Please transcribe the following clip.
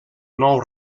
nou